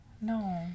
no